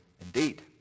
indeed